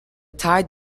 tide